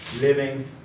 living